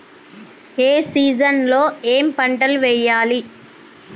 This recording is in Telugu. ఏ సీజన్ లో ఏం పంటలు వెయ్యాలి?